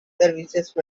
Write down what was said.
service